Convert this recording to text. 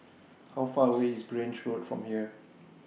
How Far away IS Grange Road from here